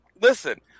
Listen